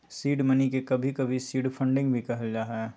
seed money के कभी कभी सीड फंडिंग भी कहल जा हय